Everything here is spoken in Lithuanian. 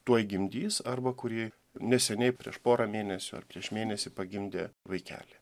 tuoj gimdys arba kuri neseniai prieš porą mėnesių ar prieš mėnesį pagimdė vaikelį